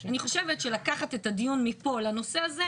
אני חושבת שלקחת את הדיון מפה לנושא הזה,